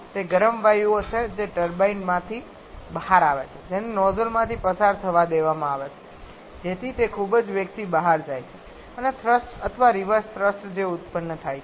તે ગરમ વાયુઓ છે જે ટર્બાઇનમાંથી બહાર આવે છે જેને નોઝલમાંથી પસાર થવા દેવામાં આવે છે જેથી તે ખૂબ જ વધુ વેગથી બહાર જાય છે અને થ્રસ્ટ અથવા રિવર્સ થ્રસ્ટ જે ઉત્પન્ન થાય છે